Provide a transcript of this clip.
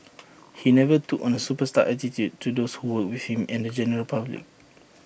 he never took on A superstar attitude to those who worked with him and the general public